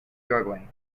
uruguay